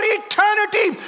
eternity